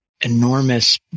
enormous